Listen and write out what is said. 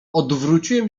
odwróciłem